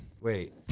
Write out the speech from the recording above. Wait